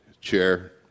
chair